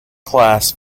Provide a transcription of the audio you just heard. class